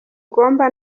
ugomba